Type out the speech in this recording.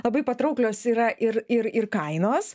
labai patrauklios yra ir ir ir kainos